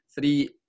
three